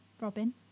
Robin